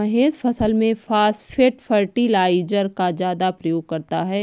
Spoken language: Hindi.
महेश फसल में फास्फेट फर्टिलाइजर का ज्यादा प्रयोग करता है